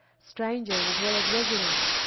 strangers as well as residents,